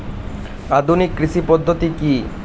আধুনিক কৃষি পদ্ধতি কী?